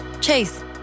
Chase